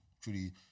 truly